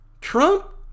Trump